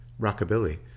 rockabilly